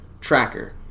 tracker